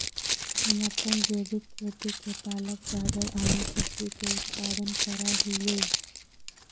हम अपन जैविक खेती से पालक, गाजर, आलू सजियों के उत्पादन करा हियई